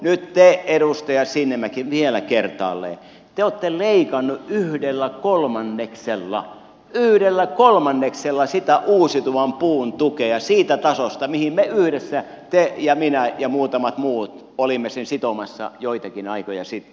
nyt te edustaja sinnemäki vielä kertaalleen olette leikanneet yhdellä kolmanneksella yhdellä kolmanneksella sitä uusiutuvan puun tukea siitä tasosta mihin me yhdessä te ja minä ja muutamat muut olimme sen sitomassa joitakin aikoja sitten